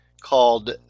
called